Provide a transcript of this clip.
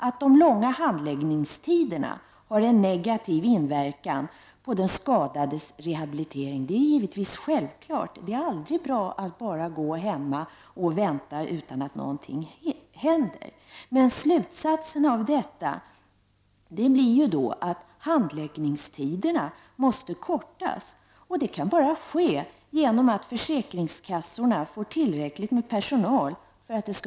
Att de långa handläggningstiderna har en negativ inverkan på den skadades rehabilitering är givetvis självklart. Det är aldrig bra att bara gå hemma och vänta utan att någonting händer. Slutsatsen av detta blir att handläggningstiderna måste kortas, och det kan ske bara genom att försäkringskassorna får tillräckligt med personal.